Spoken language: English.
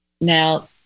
Now